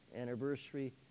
anniversary